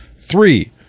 Three